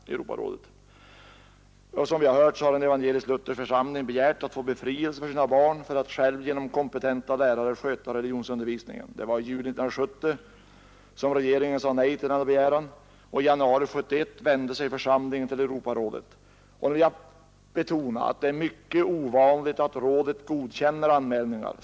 Som vi nyss har hört, har den Evangelisk-lutherska församlingen begärt att dess medlemmar skall få befrielse från religionsundervisning för sina barn för att själva med kompetenta lärare sköta denna undervisning. I juli 1970 sade regeringen nej till denna begäran, och i januari 1971 vände sig församlingen till Europarådet. Jag vill nu betona att det är mycket ovanligt att Europarådet godkänner anmälningar.